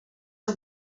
are